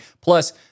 Plus